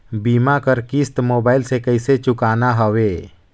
बीमा कर किस्त मोबाइल से कइसे चुकाना हवे